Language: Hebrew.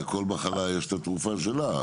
לכל מחלה יש את התרופה שלה.